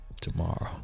tomorrow